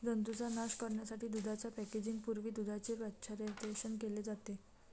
जंतूंचा नाश करण्यासाठी दुधाच्या पॅकेजिंग पूर्वी दुधाचे पाश्चरायझेशन केले जाते